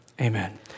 Amen